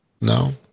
No